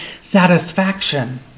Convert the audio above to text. satisfaction